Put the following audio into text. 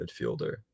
midfielder